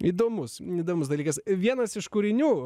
įdomus įdomus dalykas vienas iš kūrinių